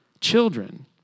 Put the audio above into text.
children